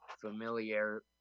familiar